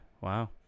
Wow